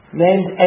named